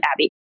Abby